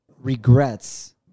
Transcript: regrets